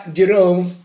Jerome